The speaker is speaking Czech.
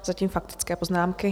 Zatím faktické poznámky.